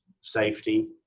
safety